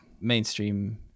mainstream